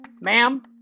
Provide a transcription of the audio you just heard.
Ma'am